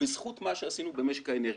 בזכות מה שעשינו במשק האנרגיה,